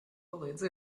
palīdzi